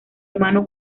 hermano